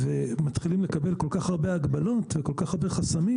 ומתחילים לקבל כל כך הרבה הגבלות וכל כך הרבה חסמים